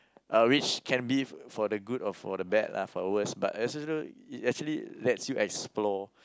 or which can be for the good or for the bad lah for the worst but it actually lets you explore